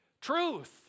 truth